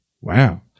wow